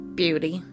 beauty